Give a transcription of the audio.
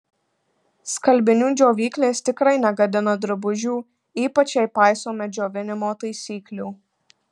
skalbinių džiovyklės tikrai negadina drabužių ypač jei paisome džiovinimo taisyklių